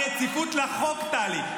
הרציפות לחוק, טלי.